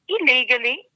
illegally